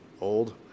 old